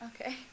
Okay